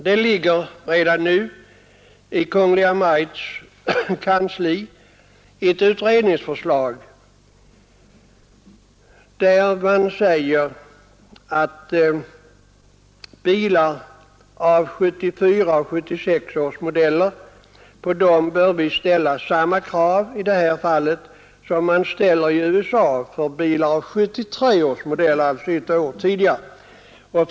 Det ligger redan nu i Kungl. Maj:ts kansli ett utredningsförslag om att vi på bilar av 1974 års modell bör ställa samma krav som man ställer i USA för bilar av 1973 års modell.